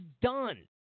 done